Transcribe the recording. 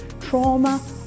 trauma